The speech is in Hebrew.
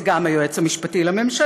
זה גם היועץ המשפטי לממשלה,